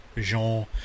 Jean